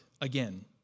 again